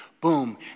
Boom